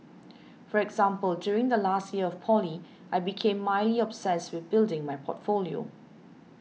for example during the last year of poly I became mildly obsessed with building my portfolio